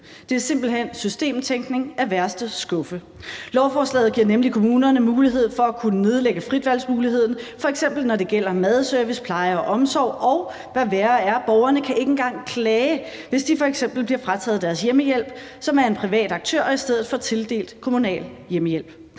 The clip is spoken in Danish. Det er simpelt hen systemtænkning af værste skuffe. Lovforslaget giver nemlig kommunerne mulighed for at kunne nedlægge fritvalgsmuligheden, f.eks. når det gælder madservice, pleje og omsorg, og, hvad værre er, borgerne kan ikke engang klage, hvis de f.eks. bliver frataget deres hjemmehjælp, som er en privat aktør, og i stedet får tildelt kommunal hjemmehjælp.